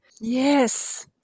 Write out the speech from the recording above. Yes